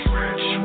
rich